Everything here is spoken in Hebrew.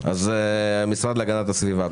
המשרד להגנת הסביבה,